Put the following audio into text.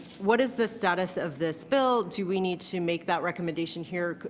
what is the status of this bill? do we need to make that recommendation here?